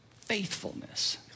faithfulness